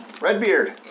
Redbeard